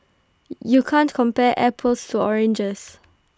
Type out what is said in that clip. you can't compare apples to oranges